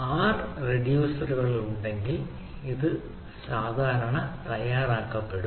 R റിഡ്യൂസറുകൾ ഉണ്ടെങ്കിൽ ഇത് സാധാരണ തയ്യാറാക്കപ്പെടും